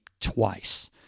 twice